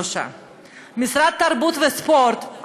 3%; במשרד התרבות והספורט,